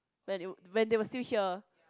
when it when they're still here